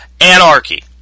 anarchy